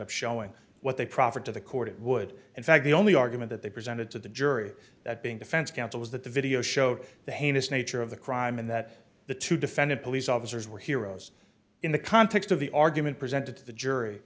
up showing what they proffered to the court it would in fact the only argument that they presented to the jury that being defense counsel was that the video showed the heinous nature of the crime and that the two defendant police officers were heroes in the context of the argument presented to the jury